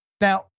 now